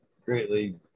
greatly